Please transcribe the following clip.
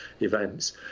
events